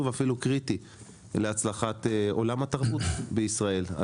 ואפילו קריטי להצלחת עולם התרבות בישראל.